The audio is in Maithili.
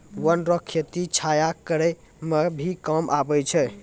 वन रो खेती छाया करै मे भी काम आबै छै